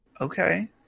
Okay